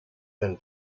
been